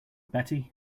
betty